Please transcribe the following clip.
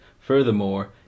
furthermore